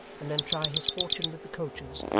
and then try his fortune with the coaches,